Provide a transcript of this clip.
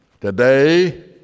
today